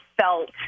felt